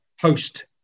host